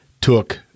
took